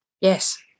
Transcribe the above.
Yes